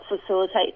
facilitate